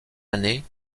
années